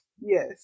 Yes